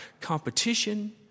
competition